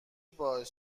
باعث